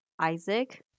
Isaac